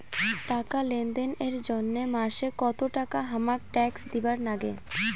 টাকা লেনদেন এর জইন্যে মাসে কত টাকা হামাক ট্যাক্স দিবার নাগে?